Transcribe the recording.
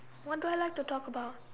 what do I like to talk about